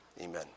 Amen